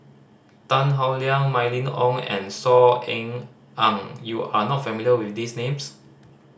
Tan Howe Liang Mylene Ong and Saw Ean Ang you are not familiar with these names